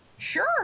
sure